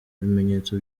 ibimenyetso